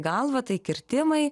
galvą tai kirtimai